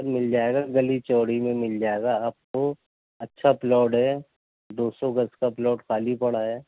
مل جائے گا گلی چوڑی میں مل جائے گا آپ کو اچھا پلاٹ ہے دو سو گز کا پلاٹ خالی پڑا ہے